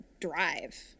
drive